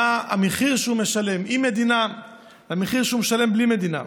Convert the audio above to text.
מה המחיר שהוא משלם עם מדינה והמחיר שהוא משלם בלי מדינה.